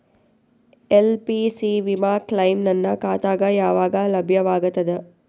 LIC ವಿಮಾ claim ನನ್ನ ಖಾತಾಗ ಯಾವಾಗ ಲಭ್ಯವಾಗತದ?